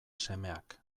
semeak